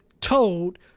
told